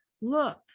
look